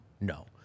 no